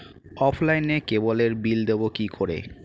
অফলাইনে ক্যাবলের বিল দেবো কি করে?